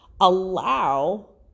allow